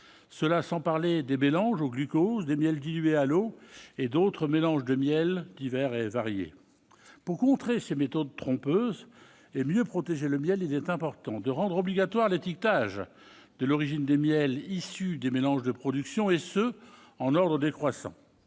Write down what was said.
pot, sans parler des mélanges au glucose, des miels dilués à l'eau et autres mélanges de miels divers et variés. Pour contrer ces méthodes trompeuses et mieux protéger le miel, il est important de rendre obligatoire l'étiquetage de l'origine des miels issus de mélanges de productions, et ce en ordre décroissant.